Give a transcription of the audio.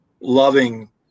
loving